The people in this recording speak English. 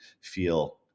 feel